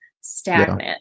stagnant